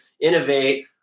innovate